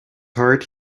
heart